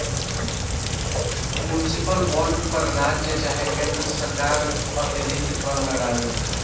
municipal bond पर राज्य चाहे केन्द्र सरकार अतिरिक्त कर ना लगावेला